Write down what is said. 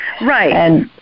Right